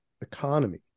economy